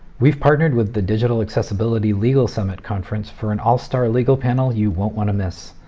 we've partnered with the digital accessibility legal summit conference for an all-star legal panel you won't want to miss.